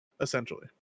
Essentially